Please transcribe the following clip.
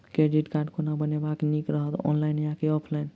Credit card कोना बनेनाय नीक रहत? ऑनलाइन आ की ऑफलाइन?